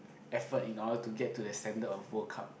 effort in order to get to the standard of World Cup